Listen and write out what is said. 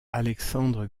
alexandre